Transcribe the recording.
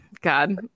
God